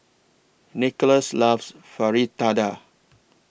Nikolas loves Fritada